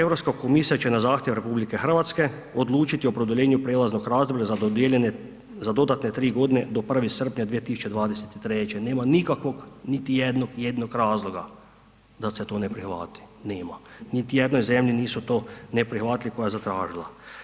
Europska komisija će na zahtjev RH odlučiti o produljenju prijelaznog razdoblja za dodijeljene, za dodatne 3.g. do 1. srpnja 2023., nema nikakvog, niti jednog jedinog razloga da se to ne prihvati, nema, niti u jednoj zemlji to nisu ne prihvatili koja je zatražila.